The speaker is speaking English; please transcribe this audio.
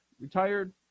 retired